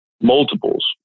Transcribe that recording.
multiples